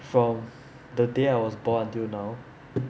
from the day I was born until now